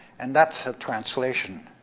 and that's a translation,